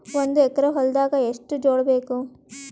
ಒಂದು ಎಕರ ಹೊಲದಾಗ ಎಷ್ಟು ಜೋಳಾಬೇಕು?